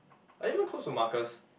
are you even close to Marcus